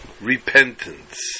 repentance